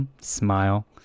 Smile